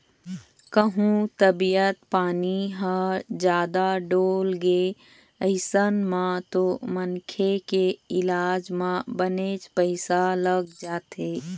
कहूँ तबीयत पानी ह जादा डोलगे अइसन म तो मनखे के इलाज म बनेच पइसा लग जाथे